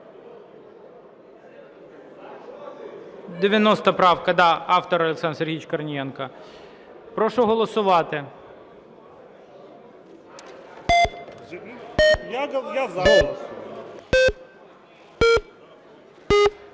90 правка, да, автор – Олександр Сергійович Корнієнко. Прошу голосувати.